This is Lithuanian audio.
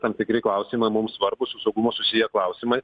tam tikri klausimai mum svarbūs su saugumu susiję klausimai